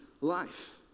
life